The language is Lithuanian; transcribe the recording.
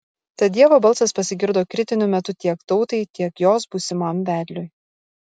tad dievo balsas pasigirdo kritiniu metu tiek tautai tiek jos būsimam vedliui